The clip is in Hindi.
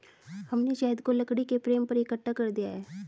हमने शहद को लकड़ी के फ्रेम पर इकट्ठा कर दिया है